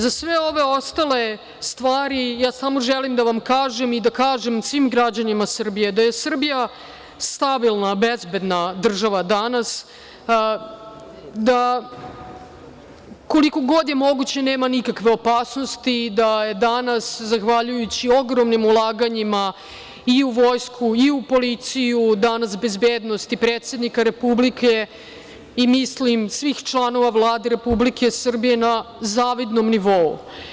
Za ve ove ostale stvari, ja samo želim da vam kažem i da kažem svim građanima Srbije da je Srbija stabilna, bezbedna država danas, da koliko god je moguće da nema nikakve opasnosti, da je danas zahvaljujući ogromnim ulaganjima i u Vojsku i u policiju danas bezbednost i predsednika Republike, i mislim svih članova Vlade Republike Srbije, na zavidnom nivou.